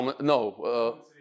no